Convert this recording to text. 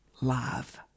love